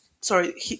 Sorry